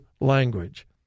language